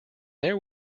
there